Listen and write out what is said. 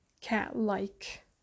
cat-like